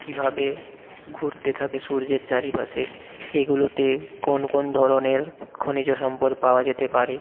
কীভাবে ঘুরতে থাকে সূর্যের চারিপাশে এগুলোতে কোন কোন ধরনের খনিজ সম্পদ পাওয়া যেতে পারে